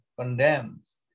condemns